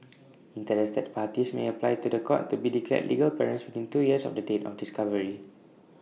interested parties may apply to The Court to be declared legal parents within two years of the date of discovery